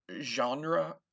genre